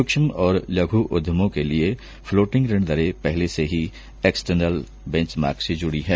सुक्ष्म और लघु उद्दमों के लिए फ्लोटिंग ऋण दरे पहले से ही एक्सटर्नल बेंचमार्क से जुड़ी हैं